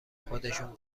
خودشون